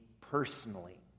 personally